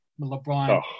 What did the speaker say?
LeBron